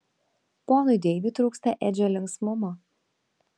ponui deiviui trūksta edžio linksmumo